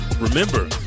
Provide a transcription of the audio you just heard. remember